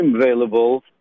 available